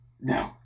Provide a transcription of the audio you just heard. No